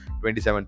27